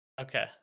Okay